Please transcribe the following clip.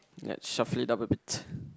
let's shuffle it up a bit